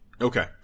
Okay